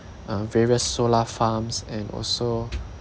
uh various solar farms and also